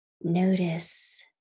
notice